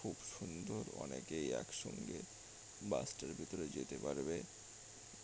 খুব সুন্দর অনেকেই একসঙ্গে বাসটার ভেতরে যেতে পারবে